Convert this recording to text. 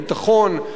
לשמור על חייהם,